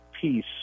peace